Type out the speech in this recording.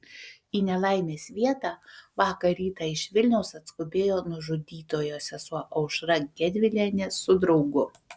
į nelaimės vietą vakar rytą iš vilniaus atskubėjo nužudytojo sesuo aušra gedvilienė su draugu